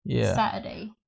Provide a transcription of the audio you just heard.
Saturday